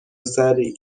پسری